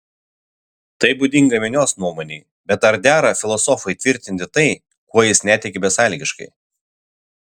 tai būdinga minios nuomonei bet ar dera filosofui tvirtinti tai kuo jis netiki besąlygiškai